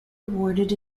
awarded